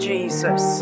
Jesus